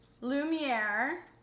Lumiere